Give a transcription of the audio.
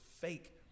fake